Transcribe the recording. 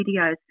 videos